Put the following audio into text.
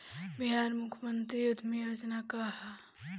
बिहार मुख्यमंत्री उद्यमी योजना का है?